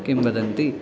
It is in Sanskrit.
किं वदन्ति